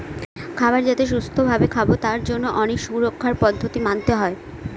খাবার যাতে সুস্থ ভাবে খাবো তার জন্য অনেক সুরক্ষার পদ্ধতি মানতে হয়